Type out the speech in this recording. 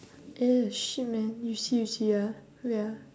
eh shit man you see you see ah wait ah